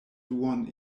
duan